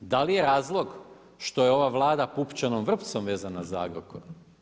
Da li je razlog, što je ova Vlada pupčanom vrpcom vezana za Agrokor?